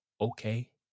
okay